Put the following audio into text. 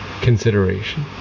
Consideration